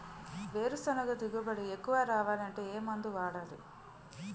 వేరుసెనగ దిగుబడి ఎక్కువ రావాలి అంటే ఏ మందు వాడాలి?